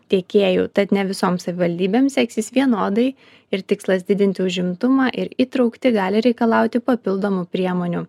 tiekėjų tad ne visoms savivaldybėms seksis vienodai ir tikslas didinti užimtumą ir įtrauktį gali reikalauti papildomų priemonių